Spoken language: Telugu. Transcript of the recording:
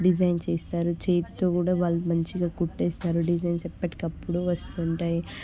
డిజైన్ చేస్తారు చేతితో కూడా వాళ్ళు మంచిగా కుట్టేస్తారు డిజైన్స్ ఎప్పటికప్పుడు వస్తుంటాయి